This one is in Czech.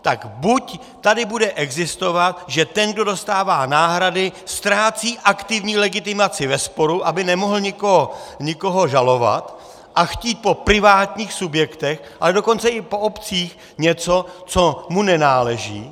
Tak buď tady bude existovat, že ten, kdo dostává náhrady, ztrácí aktivní legitimaci ve sporu, aby nemohl někoho žalovat a chtít po privátních subjektech, ale dokonce i po obcích něco, co mu nenáleží.